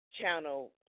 Channel